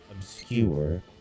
obscure